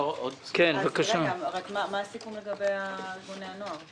מה הסיכום לגבי ארגוני הנוער?